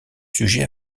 sujet